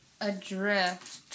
Adrift